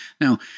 Now